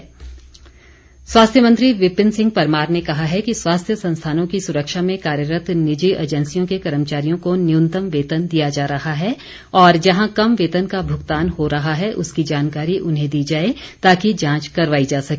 प्रश्नकाल स्वास्थ्य मंत्री विपिन सिंह परमार ने कहा है कि स्वास्थ्य संस्थानों की सुरक्षा में कार्यरत निजी एजेंसियों के कर्मचारियों को न्यूनतम वेतन दिया जा रहा है और जहां कम वेतन का भुगतान हो रहा है उसकी जानकारी उन्हें दी जाए ताकि जांच करवायी जा सके